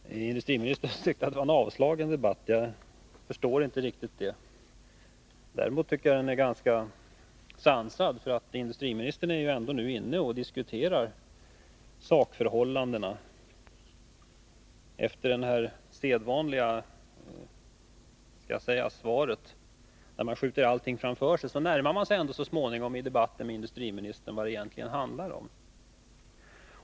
Herr talman! Industriministern tycker att debatten är avslagen. Jag förstår inte riktigt det. Däremot tycker jag att den är ganska sansad. Industriministern är nu ändå inne på att diskutera sakförhållandena. Efter det sedvanliga svaret, där industriministern skjuter allt framför sig, närmar man sig nu ändå i debatten med industriministern vad det egentligen handlar om.